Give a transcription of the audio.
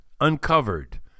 uncovered